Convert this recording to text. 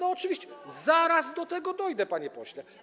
Oczywiście, zaraz do tego dojdę, panie pośle.